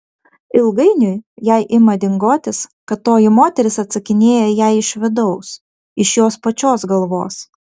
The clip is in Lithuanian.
ilgainiui jai ima dingotis kad toji moteris atsakinėja jai iš vidaus iš jos pačios galvos